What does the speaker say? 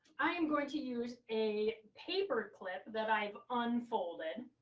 i am going to use a paper clip that i've unfolded,